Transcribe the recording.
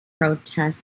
protest